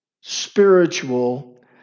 spiritual